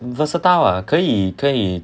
versatile ah 可以可以